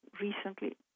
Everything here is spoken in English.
recently